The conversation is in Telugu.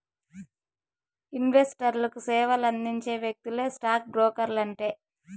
ఇన్వెస్టర్లకు సేవలందించే వ్యక్తులే స్టాక్ బ్రోకర్లంటే